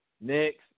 Next